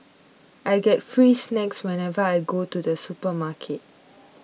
I get free snacks whenever I go to the supermarket